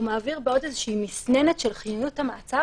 הוא מעביר בעוד איזושהי מסננת של חיוניות המעצר